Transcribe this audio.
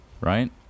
right